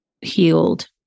healed